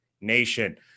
nation